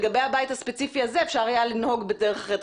לגבי הבית הספציפי הזה היה אפשר לנהוג בדרך אחרת.